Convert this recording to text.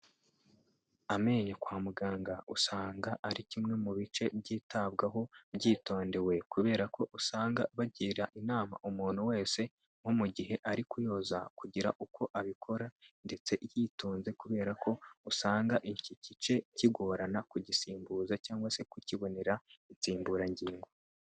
Amenyo kwa muganga usanga ari kimwe mu bice byitabwaho byitondewe, kubera ko usanga bagira inama umuntu wese nko mu gihe ari kuyoza kugira gira ngo abikora ndetse yitonze kubera ko usanga iki gice kigorana kugisimbuza cyangwa se kukibonera insimburangingo.